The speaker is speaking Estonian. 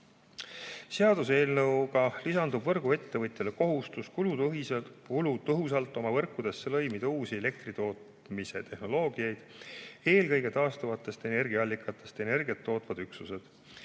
Seaduseelnõuga lisandub võrguettevõtjale kohustus lõimida kulutõhusalt oma võrkudesse uusi elektritootmise tehnoloogiaid, eelkõige taastuvatest energiaallikatest energiat tootvaid üksusi,